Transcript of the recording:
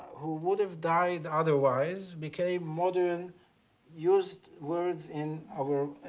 who would have died otherwise became modern used words in our